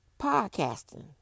Podcasting